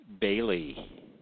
Bailey